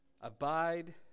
abide